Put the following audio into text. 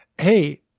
Hey